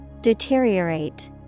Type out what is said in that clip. Deteriorate